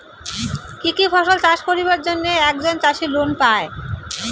কি কি ফসল চাষ করিবার জন্যে একজন চাষী লোন পায়?